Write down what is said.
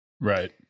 Right